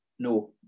No